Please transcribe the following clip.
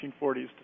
1940s